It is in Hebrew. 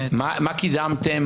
מה קידמתם?